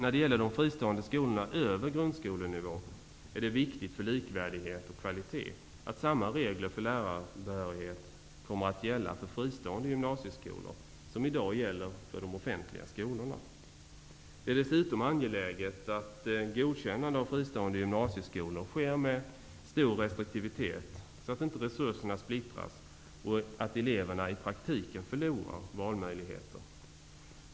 När det gäller de fristående skolorna över grundskolenivå är det viktigt för likvärdigheten och kvaliteten att samma regler för lärarbehörighet kommer att gälla för fristående gymnasieskolor som i dag gäller för de offentliga skolorna. Det är dessutom angeläget att godkännande av fristående gymnasieskolor sker med stor restriktivitet så att inte resurserna splittras och eleverna i praktiken förlorar valmöjligheter.